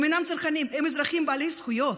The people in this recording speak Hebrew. הם אזרחים בעלי זכויות,